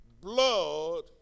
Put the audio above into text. Blood